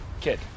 Kid